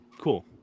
cool